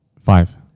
Five